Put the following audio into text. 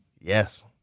Yes